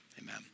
amen